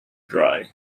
dry